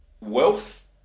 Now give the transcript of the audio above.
wealth